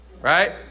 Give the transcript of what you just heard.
right